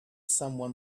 someone